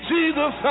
Jesus